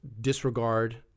disregard